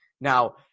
Now